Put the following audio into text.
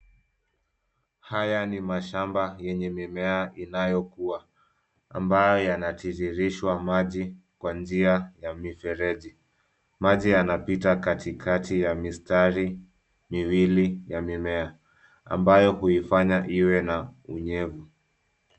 Haya ni mashamba yenye mimea inayokua. Ambayo yanatiririshwa maji kwa njia ya mifereji. Maji yanapita katikati ya mistari miwili ya mimea. Ambayo huifanya iwe na unyevu.